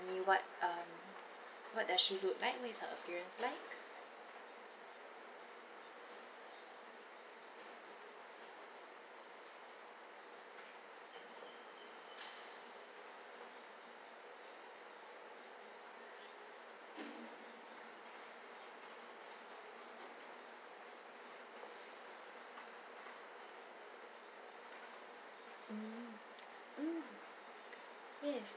me what um what does she look like what is her appearance like mm mm yes